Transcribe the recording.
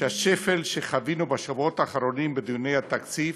שהשפל שחווינו בשבועות האחרונים בדיוני התקציב